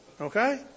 Okay